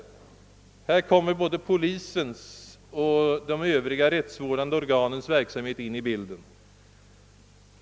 Vad gäller brottsligheten kommer såväl polisens som de övriga rättsvårdande organens verksamhet in i bilden.